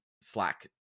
Slack